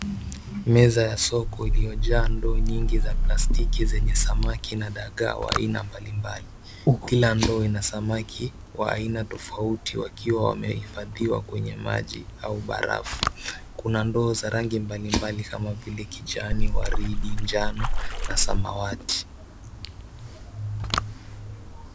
Meza za soko iliyojaa ndoo nyingi ya plastiki zenye samaki na dagaa wa aina mbali mbali. Kila ndoo ina samaki wa aina tofauti wakiwa wamehifadhiwa kwenye maji au barafu. Kuna ndoo za rangi mbali mbali kama vile kijani, warindi, njano na samawati.